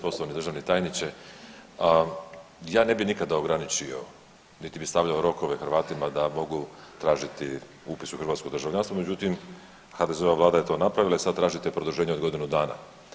Poštovani državni tajniče, ja ne bi nikada ograničio niti bi stavljao rokove Hrvatima da mogu tražiti upis u hrvatsko državljanstvo, međutim HDZ-ova vlada je to napravila i sad tražite produženje od godinu dana.